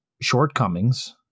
shortcomings